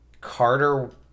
Carter